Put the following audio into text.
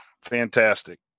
fantastic